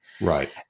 right